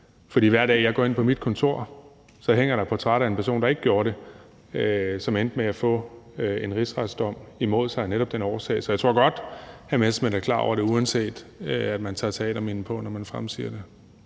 For hver dag jeg går ind på mit kontor, kan jeg se, at der hænger et portræt af en person, som gjorde det, og som endte med at få en rigsretsdom imod sig netop af den årsag. Så jeg tror godt, at hr. Morten Messerschmidt er klar over det, uanset at man tager teaterminen på, når man fremsiger det.